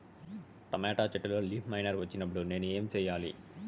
Tomato చెట్టులో leaf miner వచ్చినప్పుడు నేను ఏమి చెయ్యాలి?